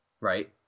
right